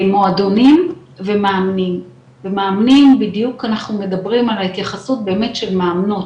מועדונים ומאמנים בדיוק אנחנו מדברים על התייחסות באמת של מאמנת,